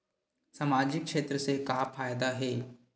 सामजिक क्षेत्र से का फ़ायदा हे?